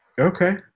Okay